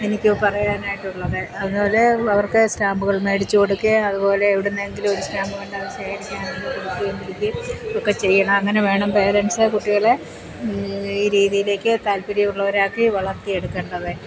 എനിക്കു പറയാനായിട്ടുള്ളത് അതുപോലെ അവർക്ക് സ്റ്റാമ്പുകൾ മേടിച്ച് കൊടുക്കുകയും അതുപോലെ എവിടുന്നെങ്കിലും ഒരു സ്റ്റാമ്പ് കണ്ടാൽ അത് ശേഖരിക്കാനും അത് കൊടുക്കുകയും പിടിക്കുകയും ഒക്കെ ചെയ്യണം അങ്ങനെ വേണം പേരൻസ് കുട്ടികളെ ഈ രീതിയിലേക്ക് താൽപ്പര്യം ഉള്ളവരാക്കി വളർത്തിയെടുക്കേണ്ടത്